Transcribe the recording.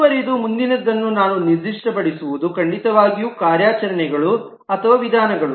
ಮುಂದುವರಿಯುವುದು ಮುಂದಿನದನ್ನು ನಾವು ನಿರ್ದಿಷ್ಟಪಡಿಸುವುದು ಖಂಡಿತವಾಗಿಯೂ ಕಾರ್ಯಾಚರಣೆಗಳು ಅಥವಾ ವಿಧಾನಗಳು